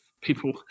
people